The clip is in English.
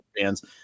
fans